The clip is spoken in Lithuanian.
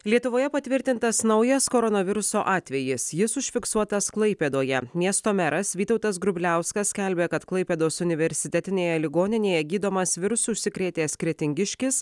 lietuvoje patvirtintas naujas koronaviruso atvejis jis užfiksuotas klaipėdoje miesto meras vytautas grubliauskas skelbia kad klaipėdos universitetinėje ligoninėje gydomas virusu užsikrėtęs kretingiškis